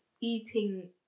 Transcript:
eating